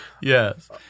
Yes